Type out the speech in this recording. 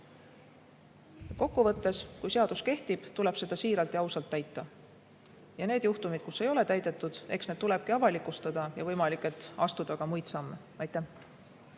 Kokku võttes: kui seadus kehtib, tuleb seda siiralt ja ausalt täita. Eks need juhtumid, kus ei ole täidetud, tulebki avalikustada ja võimalik, et tuleb astuda ka muid samme. Helmen